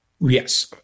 Yes